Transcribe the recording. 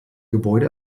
gebäude